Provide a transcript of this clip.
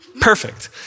perfect